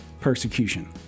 persecution